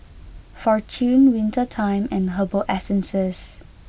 Fortune Winter Time and Herbal Essences